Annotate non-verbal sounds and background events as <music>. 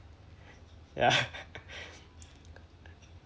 ya <laughs>